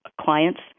clients